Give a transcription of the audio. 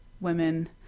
women